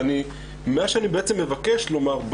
מה שאני מבקש לומר,